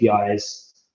APIs